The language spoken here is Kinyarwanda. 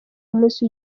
umunsi